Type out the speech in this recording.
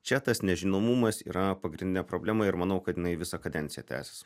čia tas nežinomumas yra pagrindinė problema ir manau kad jinai visą kadenciją tęsis